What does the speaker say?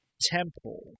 Temple